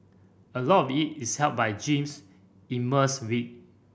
a lot of it is helped by Jean's immense wit